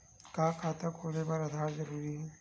का खाता खोले बर आधार जरूरी हे?